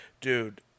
Dude